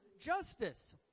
justice